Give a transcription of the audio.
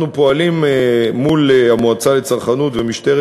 אנחנו פועלים מול המועצה לצרכנות ומשטרת